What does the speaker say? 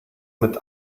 mit